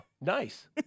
Nice